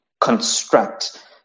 construct